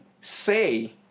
say